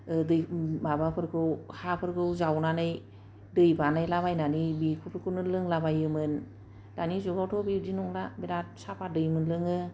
दै माबाफोरखौ हाफोरखौ जावनानै दै बानायला बायनानै बेफोरखौनो लोंला बायोमोन दानि जुगावथ' बेबिदि नंला बेराद साफा दै मोनलोङो